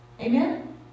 Amen